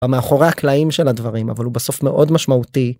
המאחורי הקלעים של הדברים, אבל הוא בסוף מאוד משמעותי.